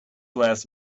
was